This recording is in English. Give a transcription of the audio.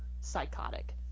psychotic